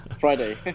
friday